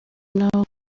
naho